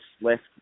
left